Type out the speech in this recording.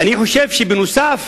אני חושב שנוסף